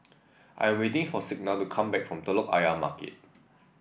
I am waiting for Signa to come back from Telok Ayer Market